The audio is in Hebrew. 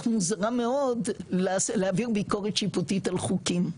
מוזרה מאוד להעביר ביקורת שיפוטית על חוקים.